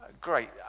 Great